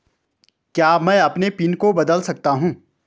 क्या मैं अपने पिन को बदल सकता हूँ?